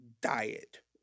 diet